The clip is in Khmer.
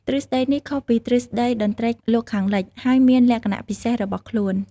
ទ្រឹស្ដីនេះខុសពីទ្រឹស្ដីតន្ត្រីលោកខាងលិច ហើយមានលក្ខណៈពិសេសរបស់ខ្លួន។